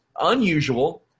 unusual